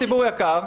ציבור יקר,